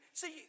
see